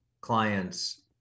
clients